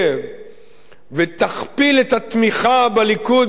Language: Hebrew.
ותכפיל את התמיכה בליכוד בקרב הבדואים בנגב,